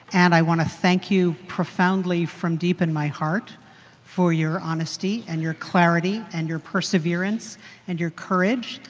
and i want to thank you profound profoundly from deep in my heart for your honesty and your clarity and your persevereance and your courage.